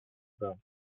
bra